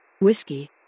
Whiskey